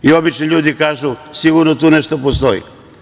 Obični ljudi kažu – sigurno tu nešto postoji.